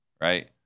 right